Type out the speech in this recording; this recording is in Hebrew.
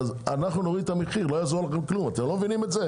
אתם לא מבינים את זה?